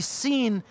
seen